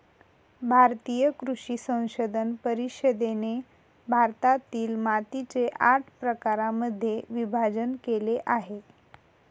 भारतीय कृषी संशोधन परिषदेने भारतातील मातीचे आठ प्रकारांमध्ये विभाजण केले आहे